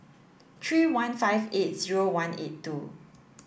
three one five eight zero one eight two